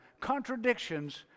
contradictions